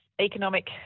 economic